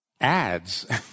ads